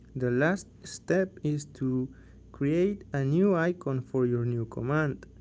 the last step is to create a new icon for your new command.